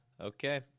Okay